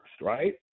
right